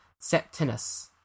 Septinus